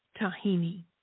tahini